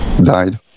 died